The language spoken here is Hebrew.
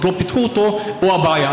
הוא הבעיה,